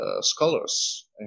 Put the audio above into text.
scholars